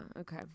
okay